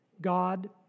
God